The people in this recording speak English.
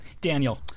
Daniel